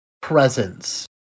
presence